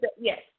Yes